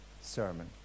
sermon